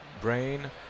brain